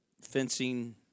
Fencing